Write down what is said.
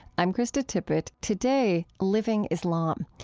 i'm krista tippett. today, living islam.